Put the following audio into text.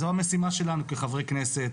זו המשימה שלנו כחברי כנסת,